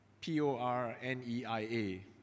P-O-R-N-E-I-A